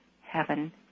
Heaven